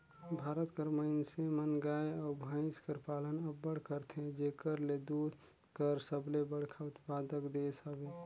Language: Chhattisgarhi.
भारत कर मइनसे मन गाय अउ भंइस कर पालन अब्बड़ करथे जेकर ले दूद कर सबले बड़खा उत्पादक देस हवे